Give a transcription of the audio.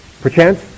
perchance